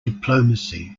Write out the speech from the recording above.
diplomacy